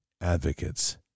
advocates